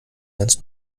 ganz